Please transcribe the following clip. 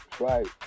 right